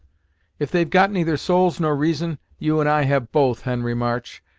if they've got neither souls nor reason, you and i have both, henry march,